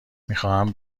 میخواهند